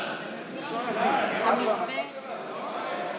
היה בקואליציה או באופוזיציה?